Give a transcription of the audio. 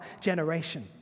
generation